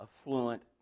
affluent